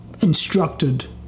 instructed